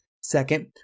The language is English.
Second